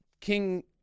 King